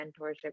mentorship